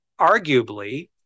arguably